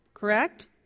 correct